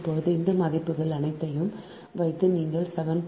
இப்போது இந்த மதிப்புகள் அனைத்தையும் வைத்து நீங்கள் 7